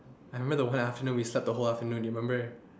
I remember the whole afternoon we slept the whole afternoon do you remember